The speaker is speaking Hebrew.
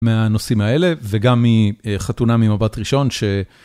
מהנושאים האלה, וגם מחתונה ממבט ראשון ש...